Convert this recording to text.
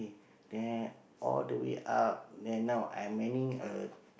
then all the way up then now I'm manning a